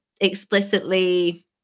explicitly